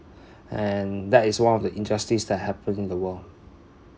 and that is one of the injustice that happens in the world